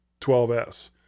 12S